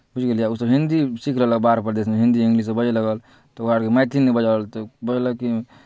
बुझि गेलियै ओसभ हिंदी सीख लेलक बाहर परदेशमे हिंदी इंग्लिश ओ बाजय लागल तऽ ओकरा आरकेँ मैथिली नहि बाजल हेतै बजलखिन